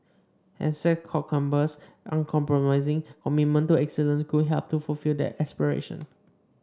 Essex Court Chambers uncompromising commitment to excellence could help to fulfil that aspiration